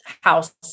house